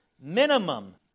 minimum